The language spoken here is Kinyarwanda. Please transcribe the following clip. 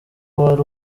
wari